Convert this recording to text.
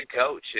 coach